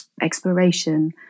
exploration